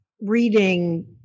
reading